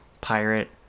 Pirate